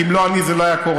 כי אם לא אני, זה לא היה קורה.